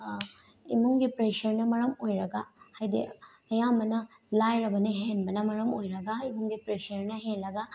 ꯏꯃꯨꯡꯒꯤ ꯄ꯭ꯔꯦꯁꯔꯅ ꯃꯔꯝ ꯑꯣꯏꯔꯒ ꯍꯥꯏꯗꯤ ꯑꯌꯥꯝꯕꯅ ꯂꯥꯏꯔꯕꯅ ꯍꯦꯟꯕꯅ ꯃꯔꯝ ꯑꯣꯏꯔꯒ ꯏꯃꯨꯡꯒꯤ ꯄ꯭ꯔꯦꯁꯔꯅ ꯍꯦꯜꯂꯒ